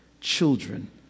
children